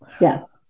yes